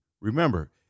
Remember